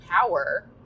power